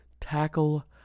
Tackle